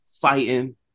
fighting